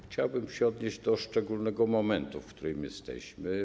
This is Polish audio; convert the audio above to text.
Chciałbym się odnieść do szczególnego momentu, w którym jesteśmy.